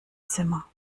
zimmer